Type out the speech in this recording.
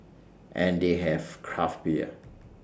and they have craft beer